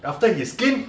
after his skin